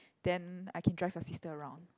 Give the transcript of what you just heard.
then I can drive your sister around